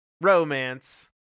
romance